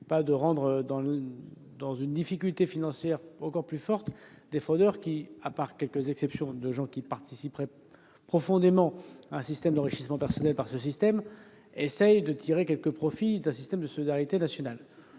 encore les difficultés financières de fraudeurs qui, à part quelques exceptions de personnes qui participeraient profondément à un système d'enrichissement personnel par ce système, essaient de tirer quelque profit d'un système de solidarité nationale.